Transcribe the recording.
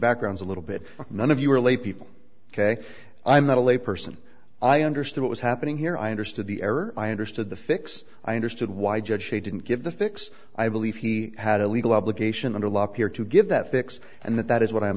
backgrounds a little bit none of you are laypeople ok i'm not a lay person i understood what was happening here i understood the error i understood the fix i understood why judge she didn't give the fix i believe he had a legal obligation under lock here to give that fix and that that is what i